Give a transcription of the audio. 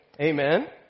Amen